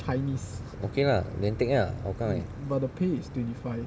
okay lah then take ah hougang eh